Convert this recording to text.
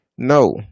No